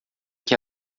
que